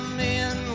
men